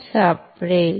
सापडेल